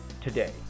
today